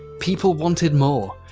people wanted more,